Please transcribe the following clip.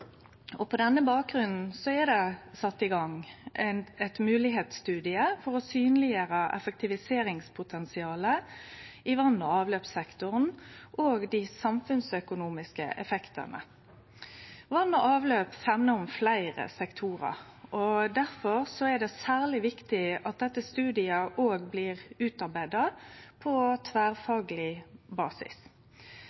På denne bakgrunnen er det sett i gang ein moglegheitsstudie for å synleggjere effektiviseringspotensialet i vass- og avløpssektoren og dei samfunnsøkonomiske effektane. Vatn og avløp femnar om fleire sektorer, og difor er det særleg viktig at denne studien òg blir utarbeidd på